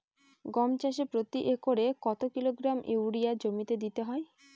গম চাষে প্রতি একরে কত কিলোগ্রাম ইউরিয়া জমিতে দিতে হয়?